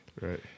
Right